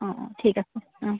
অঁ অঁ ঠিক আছে অঁ